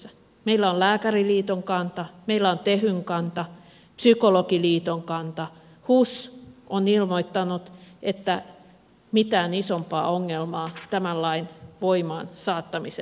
meillä on lääkäriliiton kanta meillä on tehyn kanta psykologiliiton kanta hus on ilmoittanut että mitään isompaa ongelmaa tämän lain voimaan saattamisessa ei ole